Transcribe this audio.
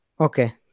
Okay